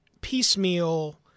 piecemeal